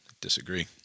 Disagree